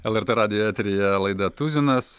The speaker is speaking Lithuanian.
lrt radijo eteryje laida tuzinas